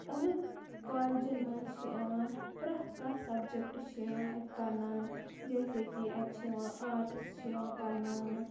یِمَن کالجَن منٛز چھِ یِوان پرٛتھ کانٛہہ سَبجَکٹہٕ چھِ یِوان اَتہِ پَرناونہٕ جیسے کہِ اَتہِ چھِ یِوان آرٹٕس چھِ یِوان پَرناونہٕ